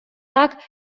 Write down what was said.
так